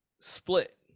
split